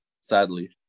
sadly